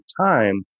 time